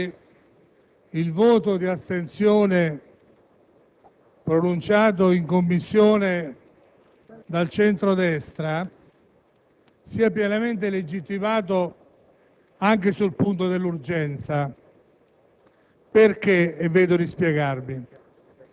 credo che il voto di astensione pronunciato in Commissione dal centro-destra sia pienamente legittimato anche sul punto dell'urgenza,